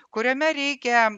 kuriame reikia